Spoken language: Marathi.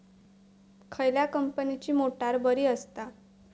खयल्या कंपनीची मोटार बरी असता?